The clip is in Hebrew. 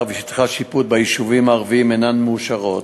ושטחי השיפוט ביישובים הערביים אינן מאושרות,